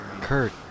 Kurt